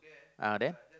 uh there